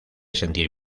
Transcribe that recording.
sentir